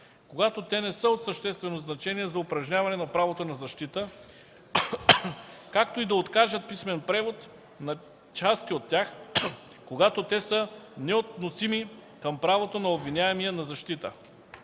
когато те не са от съществено значение за упражняване на правото на защита, както и да откажат писмен превод на части от тях, когато те са неотносими към правото на обвиняемия на защита.